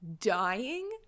dying